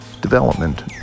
development